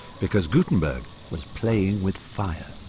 because gutenberg was playing with fire.